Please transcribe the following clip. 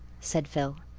said phil.